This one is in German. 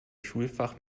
schulfach